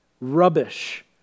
rubbish